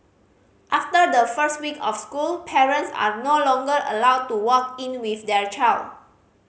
after the first week of school parents are no longer allowed to walk in with their child